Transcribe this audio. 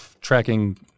tracking